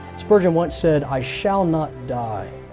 spurgeon once said, i shall not die,